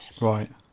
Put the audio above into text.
Right